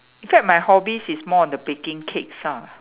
in fact my hobbies is more on the baking cakes ah